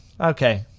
okay